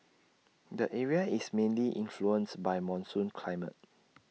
the area is mainly influenced by monsoon climate